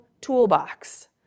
toolbox